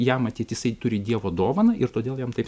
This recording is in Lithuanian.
jam matyt jisai turi dievo dovaną ir todėl jam taip